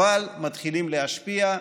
אבל מתחילים להשפיע.